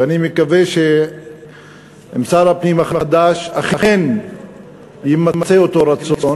ואני מקווה שאצל שר הפנים החדש אכן יימצא אותו רצון,